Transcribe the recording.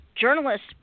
journalists